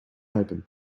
open